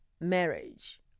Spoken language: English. marriage